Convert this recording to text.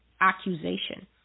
accusation